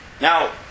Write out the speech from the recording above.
Now